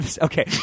Okay